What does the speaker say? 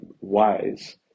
wise